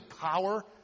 power